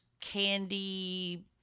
candy